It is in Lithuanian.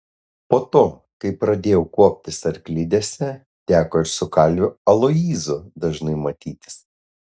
po to kai pradėjau kuoptis arklidėse teko ir su kalviu aloyzu dažnai matytis